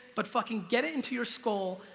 but fucking get it into your skull.